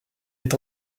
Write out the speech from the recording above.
est